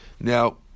Now